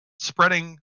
spreading